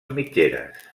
mitgeres